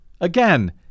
again